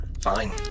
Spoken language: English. Fine